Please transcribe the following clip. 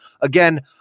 Again